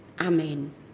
Amen